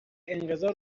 انقضا